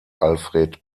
alfred